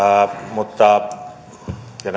ja